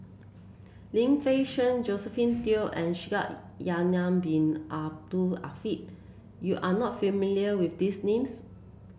Lim Fei Shen Josephine Teo and Shaikh Yahya Bin Ahmed Afifi you are not familiar with these names